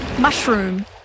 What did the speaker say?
mushroom